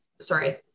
Sorry